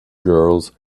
girls